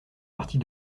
partie